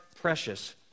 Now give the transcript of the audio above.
precious